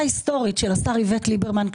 היסטורית של השר איווט ליברמן,